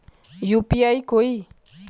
UPI कोई